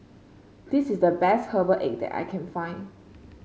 this is the best Herbal Egg that I can find